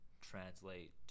translate